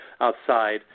outside